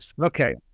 Okay